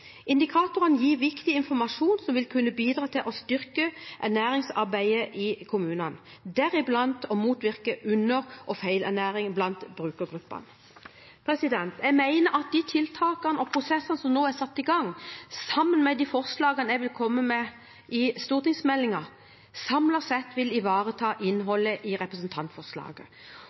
Indikatorene gir viktig informasjon som vil kunne bidra til å styrke ernæringsarbeidet i kommunene, deriblant motvirke under- og feilernæring blant brukergruppene. Jeg mener at de tiltakene og prosessene som nå er satt i gang, sammen med de forslagene jeg vil komme med i stortingsmeldingen, samlet sett vil ivareta innholdet i representantforslaget.